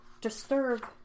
disturb